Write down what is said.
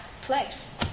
Place